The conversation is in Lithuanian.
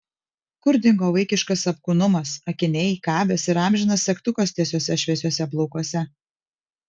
kur dingo vaikiškas apkūnumas akiniai kabės ir amžinas segtukas tiesiuose šviesiuose plaukuose